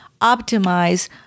optimize